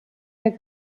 der